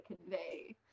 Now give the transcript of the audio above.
convey